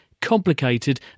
complicated